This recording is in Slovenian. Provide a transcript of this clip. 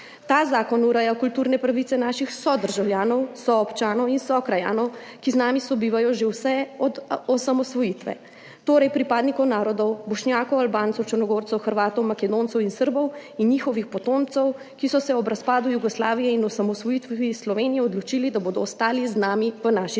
Ta zakon ureja kulturne pravice naših sodržavljanov, soobčanov in sokrajanov, ki z nami sobivajo že vse od osamosvojitve, torej pripadnikov naslednjih narodov – Bošnjakov, Albancev, Črnogorcev, Hrvatov, Makedoncev in Srbov in njihovih potomcev, ki so se ob razpadu Jugoslavije in osamosvojitvi Slovenije odločili, da bodo ostali z nami v naši državi.